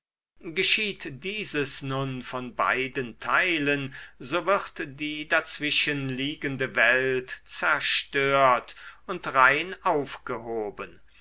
geschieht dieses nun von beiden teilen so wird die dazwischen liegende welt zerstört und rein aufgehoben